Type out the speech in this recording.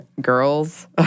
girls